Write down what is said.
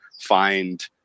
find –